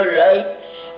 lights